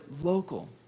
local